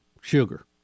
sugar